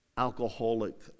alcoholic